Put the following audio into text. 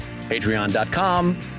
Patreon.com